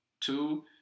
Two